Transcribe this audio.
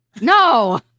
No